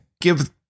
give